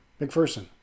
McPherson